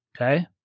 Okay